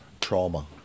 trauma